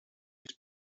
his